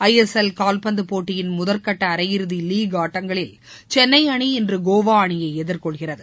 ஐ S L காவ்பந்து போட்டியின் முதற்கட்ட அரையிறுதி லீக் ஆட்டங்களில் சென்னை அணி இன்று கோவா அணியை எதிர்கொள்கிறது